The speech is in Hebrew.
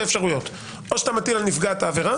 אפשרויות" או שהוא מטיל על נפגעת העבירה